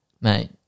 Mate